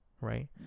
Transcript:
right